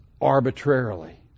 arbitrarily